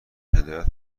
هدایت